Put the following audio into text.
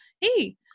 hey